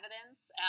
evidence